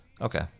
Okay